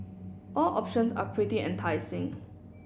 all options are pretty enticing